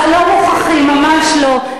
לא מוכרחים, ממש לא.